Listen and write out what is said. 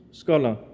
scholar